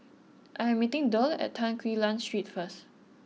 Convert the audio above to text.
I am meeting Derl at Tan Quee Lan Street first